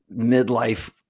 midlife